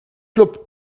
club